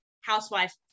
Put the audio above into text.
housewife